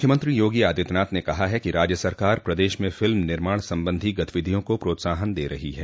मुख्यमंत्री योगी आदित्यनाथ ने कहा है कि राज्य सरकार प्रदेश में फिल्म निर्माण संबंधी गतिविधियों को प्रोत्साहन दे रही है